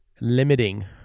limiting